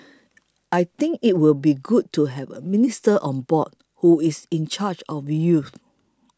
I think it will be good to have a minister on board who is in charge of youth